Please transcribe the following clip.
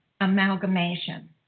amalgamation